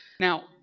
Now